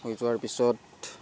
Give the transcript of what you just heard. হৈ যোৱাৰ পিছত